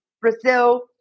Brazil